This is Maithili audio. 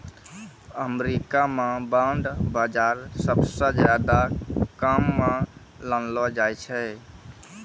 अमरीका म बांड बाजार सबसअ ज्यादा काम म लानलो जाय छै